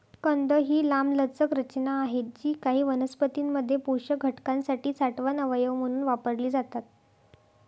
कंद ही लांबलचक रचना आहेत जी काही वनस्पतीं मध्ये पोषक घटकांसाठी साठवण अवयव म्हणून वापरली जातात